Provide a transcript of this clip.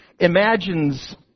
imagines